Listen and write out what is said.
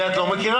כי את לא מכירה.